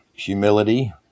Humility